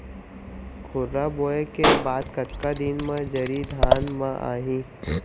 खुर्रा बोए के बाद कतका दिन म जरी धान म आही?